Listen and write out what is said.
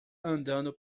andando